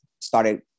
started